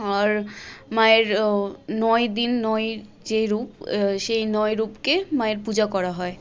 আর মায়ের নয় দিন নয় যে রূপ সেই নয় রূপকে মায়ের পূজা করা হয়